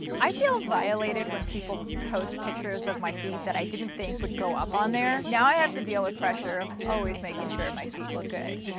i feel violated when people post pictures of my feet that i didn't think would go up on there. now i have to deal with pressure of always making sure my feet look good.